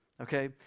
Okay